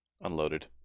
Unloaded